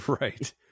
right